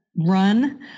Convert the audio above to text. run